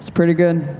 pretty good.